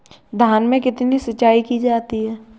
धान में कितनी सिंचाई की जाती है?